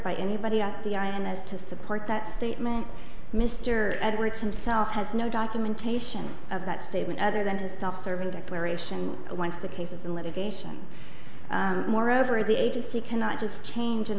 by anybody on the i am is to support that statement mr edwards himself has no documentation of that statement other than his self serving declaration once the case is in litigation moreover the agency cannot just chang